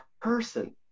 person